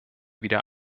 wieder